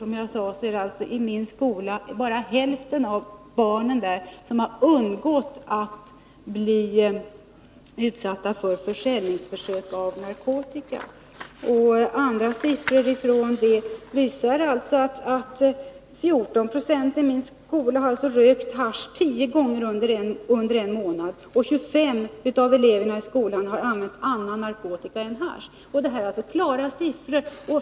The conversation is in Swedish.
Som jag sade har i min skola bara hälften av barnen undgått att bli utsatta för försäljningsförsök avseende narkotika. Andra siffror visar att 14 96 av eleverna i min skola har rökt hasch tio gånger under en månad, och 25 av eleverna i skolan har använt annan narkotika än hasch. Det är klara siffror!